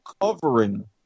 covering